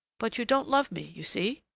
but you don't love me, you see!